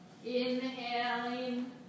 Inhaling